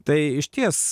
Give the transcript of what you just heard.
tai išties